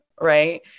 right